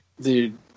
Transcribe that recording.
Dude